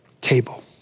table